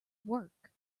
work